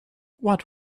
what